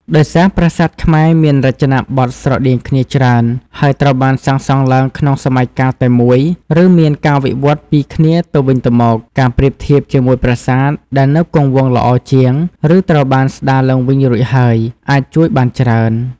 ដោយសារប្រាសាទខ្មែរមានរចនាបថស្រដៀងគ្នាច្រើន ហើយត្រូវបានសាងសង់ឡើងក្នុងសម័យកាលតែមួយ ឬមានការវិវត្តន៍ពីគ្នាទៅវិញទៅមក ការប្រៀបធៀបជាមួយប្រាសាទដែលនៅគង់វង្សល្អជាង ឬត្រូវបានស្ដារឡើងវិញរួចហើយ អាចជួយបានច្រើន។